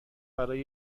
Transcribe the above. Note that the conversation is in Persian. برای